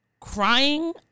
crying